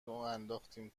انداختین